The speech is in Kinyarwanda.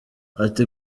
ati